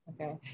Okay